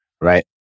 Right